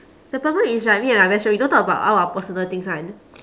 the problem is right me and my best friend we don't talk about all our personal things [one]